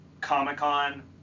Comic-Con